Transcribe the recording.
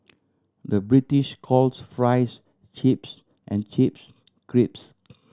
the British calls fries chips and chips crisps